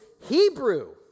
Hebrew